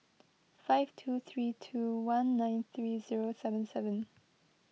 five two three two one nine three zero seven seven